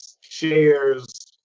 shares